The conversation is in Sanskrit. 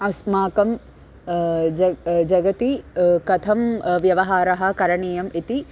अस्माकं जगति जगति कथं व्यवहारः करणीयम् इति